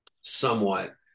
somewhat